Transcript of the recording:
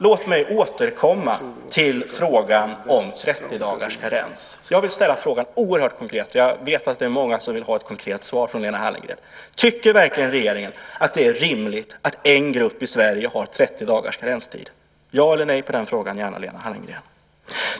Jag vill återkomma till frågan om 30 dagars karenstid. Jag vill ställa den konkreta frågan, för jag att det är många som vill ha ett konkret svar från Lena Hallengren: Tycker verkligen regeringen att det är rimligt att en grupp i Sverige har 30 dagars karenstid? Svara gärna ja eller nej på den frågan, Lena Hallengren.